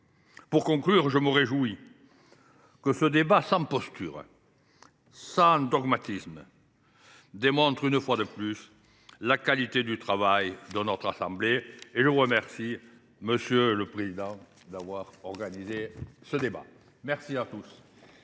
En conclusion, je me réjouis que ce débat sans posture, sans dogmatisme, démontre une fois de plus la qualité du travail de notre assemblée. Je vous remercie, monsieur le président, d’avoir organisé ce débat. La parole